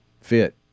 fit